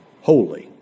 holy